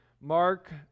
Mark